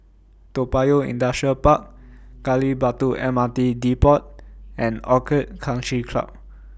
Toa Payoh Industrial Park Gali Batu M R T Depot and Orchid Country Club